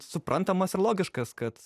suprantamas ir logiškas kad